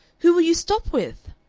who will you stop with?